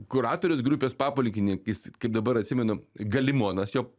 kuratorius grupės papulkininkis kaip dabar atsimenu galimonas jo